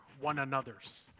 one-anothers